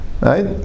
right